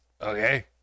Okay